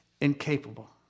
incapable